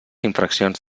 infraccions